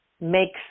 makes